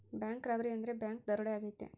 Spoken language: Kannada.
ಬ್ಯಾಂಕ್ ರಾಬರಿ ಅಂದ್ರೆ ಬ್ಯಾಂಕ್ ದರೋಡೆ ಆಗೈತೆ